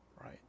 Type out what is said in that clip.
right